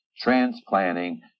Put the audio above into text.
transplanting